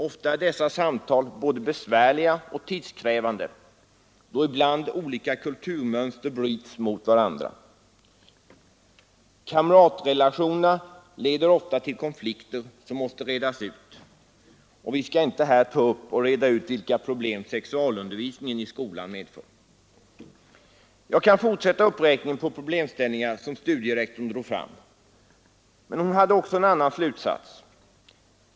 Ofta är dessa samtal både besvärliga och tidskrävande, då ibland stora kulturmönster bryts mot varandra. Kamratrelationerna leder ofta till konflikter, som måste redas ut. Vi skall inte här ta upp och reda ut vilka problem sexualundervisningen i skolan medför. Jag kunde fortsätta uppräkningen av problemställningar som studierektorn drog fram. Men hon hade också en annan slutsats.